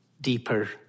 deeper